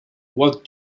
what